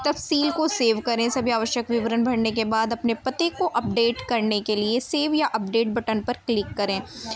تفصیل کو سیو کریں سبھی آوشک وورن بھرنے کے بعد اپنے پتے کو اپڈیٹ کرنے کے لیے سیو یا اپڈیٹ بٹن پر کلک کریں